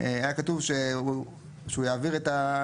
היה כתוב שהוא יעביר את,